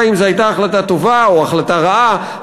אם זו הייתה החלטה טובה או החלטה רעה,